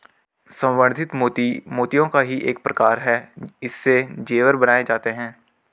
संवर्धित मोती मोतियों का ही एक प्रकार है इससे जेवर बनाए जाते हैं